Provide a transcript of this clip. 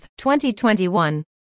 2021